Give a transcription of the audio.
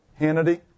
Hannity